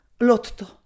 Lotto